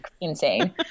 insane